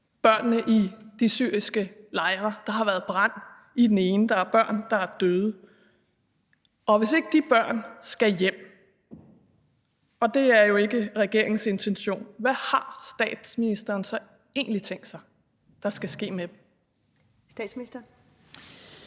børnene i de syriske lejre. Der har været brand i den ene lejr, der er børn, der er døde, og hvis ikke de børn skal hjem, og det er jo ikke regeringens intention, hvad har statsministeren så egentlig tænkt sig der skal ske med dem? Kl. 13:39 Første